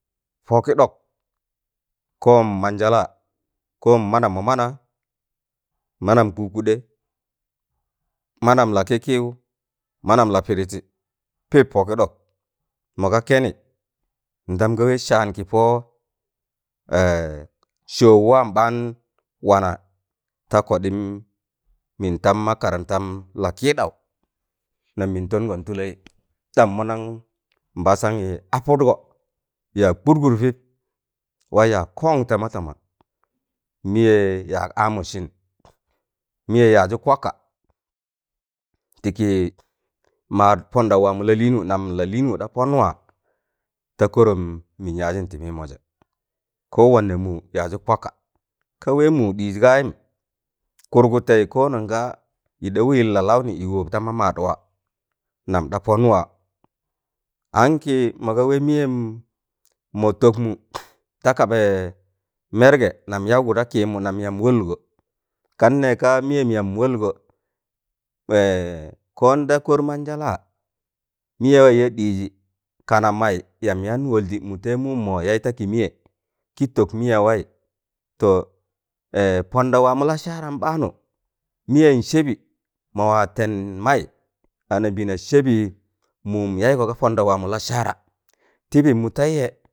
Pọkị ɗọk. Kon manjẹla kon mana mọ mana manam kụ-kụdẹ, manam la kị-kịwụ, manam la pịdịtị pịp pọkị ɗọk mọga kẹnị ndam ga wẹ saan kị pọ sọọụ waam ɓaan wana ta kọɗịm mịn tam makarantam la kịịɗaụ nam mịn tọngọn tụlẹịị ɗam mọnan nbasanyị apụdgọ yaag kụd gụd pịp waị yaag kọn tama tama mịyẹ yaag amụdsịn mịyẹ yaazụ kwaka tịkị maad pọndaụ waamụ lalịịnwụ nam lalịịnwụ ɗa pọn waa ta kọrọm mịn yaajin ti mịịmọjẹ kowanne mụụ yaazụ kwaka ka wẹ mụụ ɗịịz gayịm, kụrgụtẹ kononga yịɗa wẹẹ lalaụnị yị wọp tama maadwaa nam da pọnwaa ankị mọga wẹ mịyẹm mọ tọkmụ ta kabẹ mẹrgẹ nam yaụgu da kịịmụ nam yam wọlgọ kan nẹẹgka mịyẹm yam wọlgọ kon da kọrmanjẹlaa mịyẹwaị ya ɗịịjị kana maị yam yaan wọldị mụtẹịjẹ mụụm mọ yaị takị mịyẹ kịtọk mịyẹ waị to pọndaụ waamọ lasaaram ɓaanụ mịyẹn sẹbị mọwaa tẹn maị anambẹẹna sẹbị mụụm yaịgọ ga pọndaụ waamọ lasara tịbị mụteiye